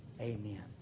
Amen